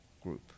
group